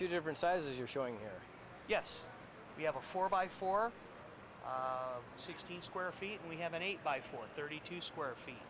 two different sizes you're showing here yes you have a four by four sixty square feet and we have an eight by four thirty two square feet